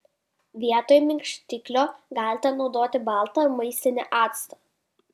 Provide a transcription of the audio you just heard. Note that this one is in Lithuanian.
vietoj minkštiklio galite naudoti baltą maistinį actą